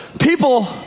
people